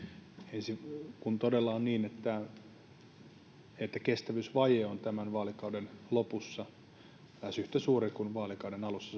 ensin kun todella on niin että että kestävyysvaje on tämän vaalikauden lopussa lähes yhtä suuri kuin vaalikauden alussa